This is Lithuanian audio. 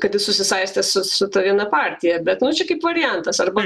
kad jis susisaistęs su su ta viena partija bet mušė kaip variantas arba